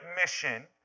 mission